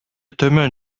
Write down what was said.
төмөн